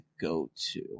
go-to